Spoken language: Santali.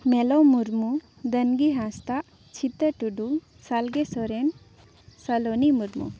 ᱢᱮᱞᱚ ᱢᱩᱨᱢᱩ ᱫᱟᱱᱜᱤ ᱦᱟᱸᱥᱫᱟᱜ ᱪᱷᱤᱛᱟᱹ ᱴᱩᱰᱩ ᱥᱟᱞᱜᱮ ᱥᱚᱨᱮᱱ ᱥᱟᱞᱚᱱᱤ ᱢᱩᱨᱢᱩ